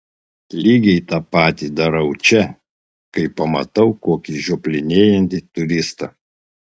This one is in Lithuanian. lygiai tą patį darau čia kai pamatau kokį žioplinėjantį turistą